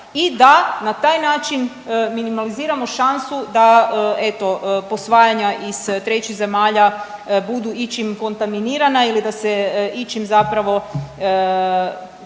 i da na taj način minimaliziramo šansu da eto posvajanja iz trećih zemalja budu ičim kontaminirana ili da se ičim zapravo